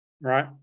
Right